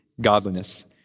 godliness